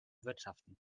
wirtschaften